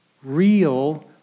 real